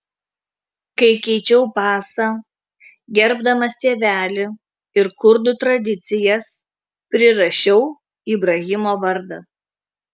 kai keičiau pasą gerbdamas tėvelį ir kurdų tradicijas prirašiau ibrahimo vardą